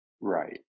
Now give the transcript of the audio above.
Right